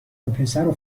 وپسرو